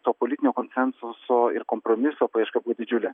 to politinio konsensuso ir kompromiso paieška buvo didžiulė